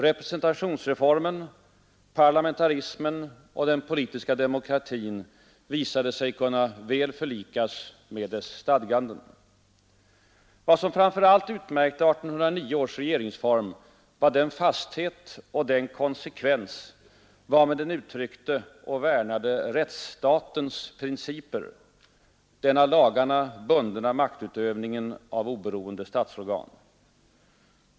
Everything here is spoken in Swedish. Representationsreformen, parlamentarismen och den politiska demokratin visade sig kunna väl förlikas med dess stadganden. Vad som framför allt utmärkte 1809 års regeringsform var den fasthet och den konsekvens varmed den uttryckte och värnade rättsstatens principer den av lagarna bundna maktutövningen av oberoende statsorgan.